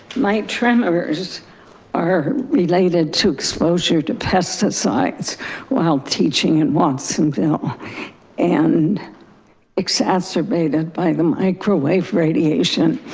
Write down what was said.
my tremors are related to exposure to pesticides while teaching in watsonville and exacerbated by the microwave radiation.